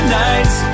nights